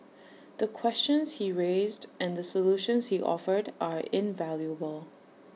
the questions he raised and the solutions he offered are invaluable